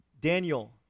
Daniel